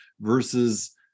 versus